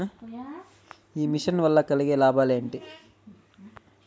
ఈ మిషన్ వల్ల కలిగే లాభాలు ఏమిటి?